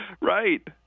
right